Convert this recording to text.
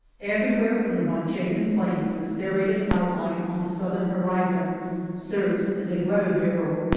everywhere from the manchegan plains the serrated outline on the southern horizon serves as a weather bureau.